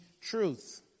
truth